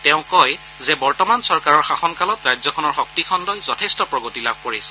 তেওঁ কয় যে বৰ্তমান চৰকাৰৰ শাসনকালত ৰাজ্যখনৰ শক্তি খণ্ই যথেষ্ট প্ৰগতি লাভ কৰিছে